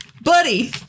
buddy